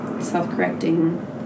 self-correcting